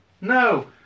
No